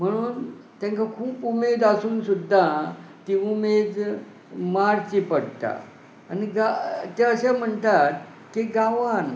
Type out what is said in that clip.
म्हणून तांकां खूब उमेद आसून सुद्दां ती उमेद मारची पडटा आनी ते अशें म्हणटात की गांवान